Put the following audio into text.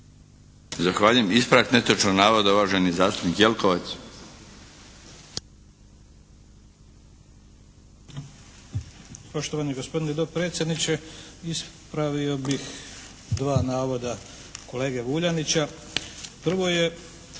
Zahvaljujem. Ispravak netočnog navoda uvaženi zastupnik Jelkovac.